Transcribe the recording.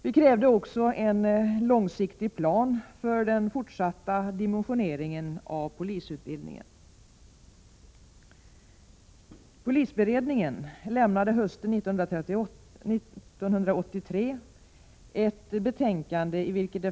Vi krävde också en långsiktig plan för den fortsatta dimensioneringen av polisutbildningen.